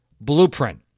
blueprint